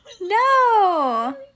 No